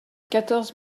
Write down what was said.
quatorze